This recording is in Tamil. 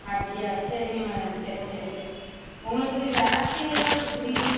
அப்படியா சரிங்க மேடம் சரி சரி சரி உங்களுக்கு ஹேர் ஸ்டைல்லாம் எப்படி